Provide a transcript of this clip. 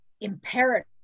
imperative